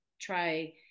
try